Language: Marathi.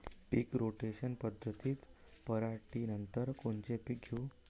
पीक रोटेशन पद्धतीत पराटीनंतर कोनचे पीक घेऊ?